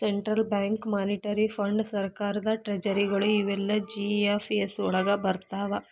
central bank, monetary ಫಂಡ್.ಸರ್ಕಾರದ್ ಟ್ರೆಜರಿಗಳು ಇವೆಲ್ಲಾ ಜಿ.ಎಫ್.ಎಸ್ ವಳಗ್ ಬರ್ರ್ತಾವ